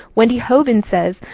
wendy hogan says,